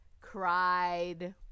cried